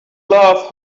love